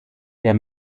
der